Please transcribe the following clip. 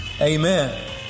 Amen